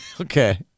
Okay